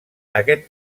aquest